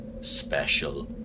special